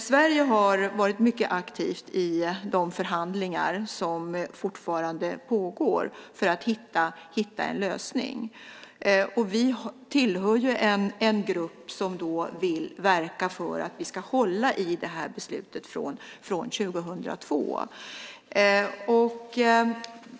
Sverige har varit mycket aktivt i de förhandlingar som fortfarande pågår för att hitta en lösning. Vi tillhör en grupp som vill verka för att man ska stå fast vid beslutet från 2002.